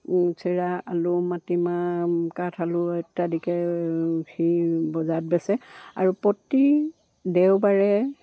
চিৰা আলু মাটিমাহ কাঠ আলু ইত্যাদিকে সি বজাৰত বেচে আৰু প্ৰতি দেওবাৰে